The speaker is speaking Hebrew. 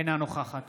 אינה נוכחת